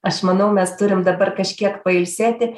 aš manau mes turim dabar kažkiek pailsėti